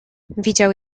widział